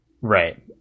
right